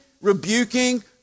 rebuking